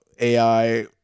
AI